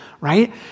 right